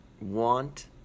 want